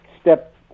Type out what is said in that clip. step